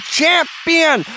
champion